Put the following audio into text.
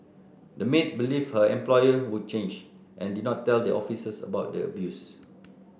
the maid believed her employer would change and did not tell the officers about the abuse